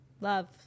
Love